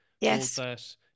Yes